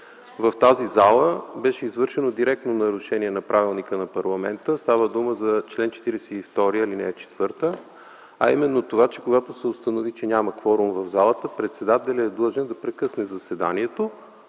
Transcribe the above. в тази зала беше извършено директно нарушение на правилника на парламента. Става дума за чл. 42, ал. 4, а именно това, че когато се установи, че няма кворум в залата, председателят е длъжен да прекъсне заседанието